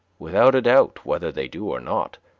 without a doubt, whether they do or not